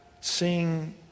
seeing